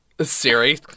Siri